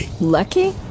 Lucky